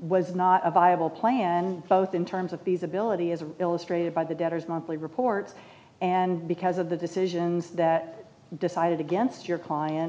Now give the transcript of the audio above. was not a viable plan both in terms of visibility is illustrated by the debtors monthly report and because of the decisions that decided against your client